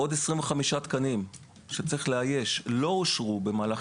עוד 25 תקנים שצריך לאייש לא אושרו במהלך